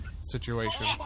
situation